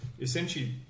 essentially